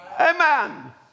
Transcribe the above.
Amen